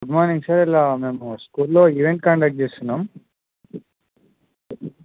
good morning sir ఇలా మేము స్కూల్లో ఈవెంట్ కండక్ట్ చేస్తున్నాము